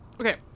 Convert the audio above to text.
okay